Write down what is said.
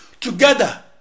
together